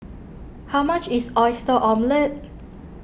how much is Oyster Omelette